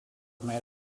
maid